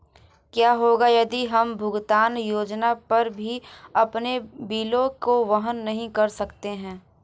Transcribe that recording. क्या होगा यदि हम भुगतान योजना पर भी अपने बिलों को वहन नहीं कर सकते हैं?